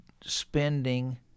spending